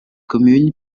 commune